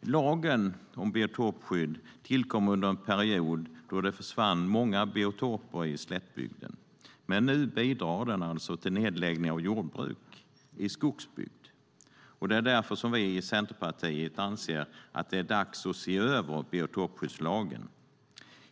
Lagen om biotopskydd tillkom under en period då det försvann många biotoper i slättbygden. Men nu bidrar den alltså till nedläggning av jordbruk i skogsbygd. Det är därför som vi i Centerpartiet anser att det är dags att se över biotopskyddslagen.